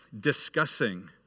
discussing